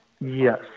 Yes